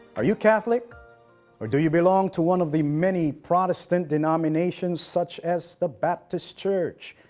are you catholic or do you belong to one of the many protestant denominations such as the baptist church,